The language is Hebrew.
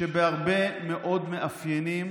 שבהרבה מאוד מאפיינים